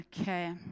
Okay